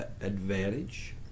advantage